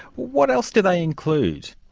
what else do they include?